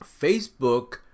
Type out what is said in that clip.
Facebook